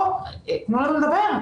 או תנו לנו לדבר.